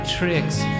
tricks